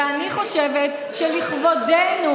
ואני חושבת שלכבודנו,